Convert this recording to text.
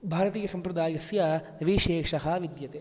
भारतीयसम्प्रदायस्य विशेषः विद्यते